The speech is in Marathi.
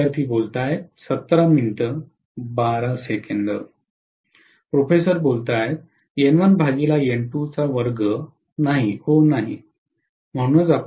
प्रोफेसर नाही हो नाही म्हणूनच